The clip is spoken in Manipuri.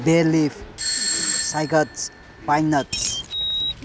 ꯕꯦꯂꯤꯐ ꯁꯥꯏꯒꯠꯁ ꯄꯥꯏꯅꯠꯁ